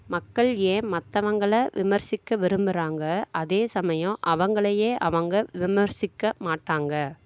மக்கள் ஏன் மற்றவங்கள விமர்சிக்க விரும்புறாங்க அதே சமயம் அவங்களையே அவங்க விமர்சிக்க மாட்டாங்க